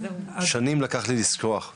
שנים לקח לי לשכוח.